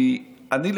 כי אני,